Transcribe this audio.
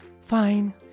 Fine